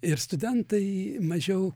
ir studentai mažiau